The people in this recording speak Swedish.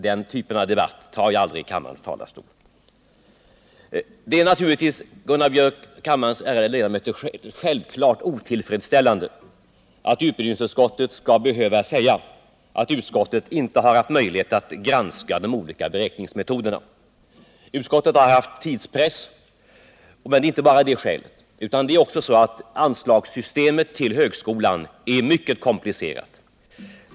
Den typen av debatter tar jag aldrig i kammarens talarstol. Det är naturligtvis, Gunnar Biörck och kammarens ärade ledamöter, otillfredsställande att utbildningsutskottet skall behöva säga att utskottet inte har haft möjlighet att granska de olika beräkningsmetoderna. Utskottet har haft tidspress, men det är inte det enda skälet. Det är också så att anslagssystemet när det gäller högskolan är mycket komplicerat.